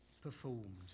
performed